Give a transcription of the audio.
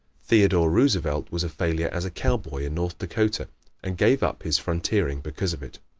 theodore roosevelt was a failure as a cowboy in north dakota and gave up his frontiering because of it.